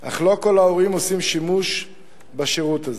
אך לא כל ההורים עושים שימוש בשירות הזה.